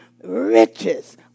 riches